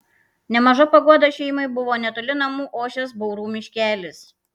nemaža paguoda šeimai buvo netoli namų ošęs baurų miškelis